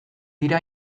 dira